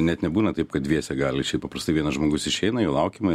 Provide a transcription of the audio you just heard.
net nebūna taip kad dviese gali šiaip paprastai vienas žmogus išeina jo laukiama